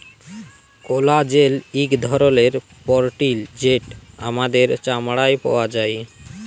collagen ইক ধরলের protein যেট আমাদের চামড়ায় পাউয়া যায়